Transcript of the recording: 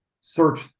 search